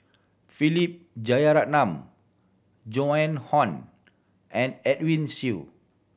Philip Jeyaretnam Joan Hon and Edwin Siew